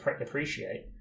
appreciate